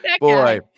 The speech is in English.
boy